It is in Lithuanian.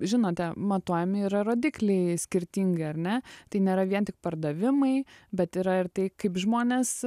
žinote matuojami yra rodikliai skirtingi ar ne tai nėra vien tik pardavimai bet yra ir tai kaip žmonės